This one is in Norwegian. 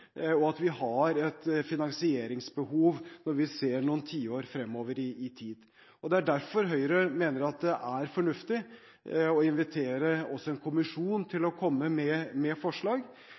og at vi har et finansieringsbehov når vi ser noen tiår fremover i tid. Det er derfor Høyre mener at det er fornuftig å invitere også en kommisjon til å komme med forslag, som kan bidra til økt produktivitet. Jeg er enig med